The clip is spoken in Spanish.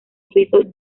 suizo